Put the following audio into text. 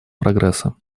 прогресса